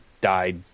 died